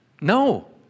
no